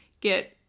get